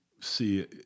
see